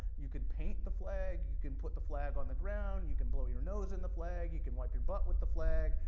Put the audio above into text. you can paint the flag, you can put the flag on the ground, you can blow your nose in the flag, you can wipe your butt with the flag,